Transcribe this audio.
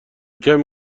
کمی